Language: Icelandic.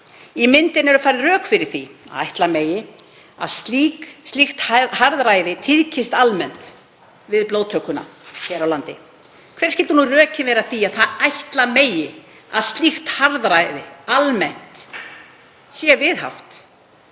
Í myndinni eru færð rök fyrir því að ætla megi að slíkt harðræði tíðkist almennt við blóðtökuna hér á landi. Hver skyldu nú rökin vera fyrir því að ætla megi að slíkt harðræði almennt sé viðhaft?